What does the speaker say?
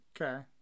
Okay